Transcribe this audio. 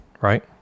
right